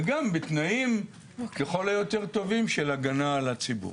וגם בתנאים ככל היותר טובים של הגנה על הציבור.